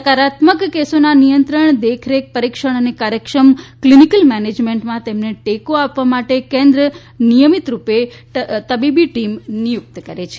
સકારાત્મક કેસોના નિયંત્રણ દેખરેખ પરીક્ષણ અને કાર્યક્ષમ ક્લિનિકલ મેને મેન્ટમાં તેમને ટેકો આપવા માટે કેન્દ્ર નિયમિત રૂપે તબીબી ટીમ નિયૂક્ત કરે છે